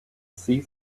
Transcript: see